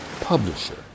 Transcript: publisher